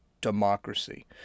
democracy